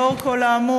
לאור כל האמור,